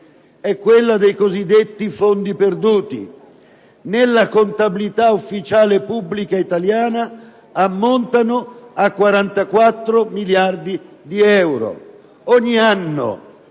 è quella dei cosiddetti fondi perduti. Nella contabilità pubblica italiana ufficiale ammontano a 44 miliardi di euro. Ogni anno,